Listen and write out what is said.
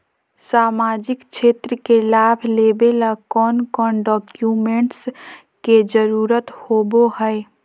सामाजिक क्षेत्र के लाभ लेबे ला कौन कौन डाक्यूमेंट्स के जरुरत होबो होई?